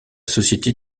société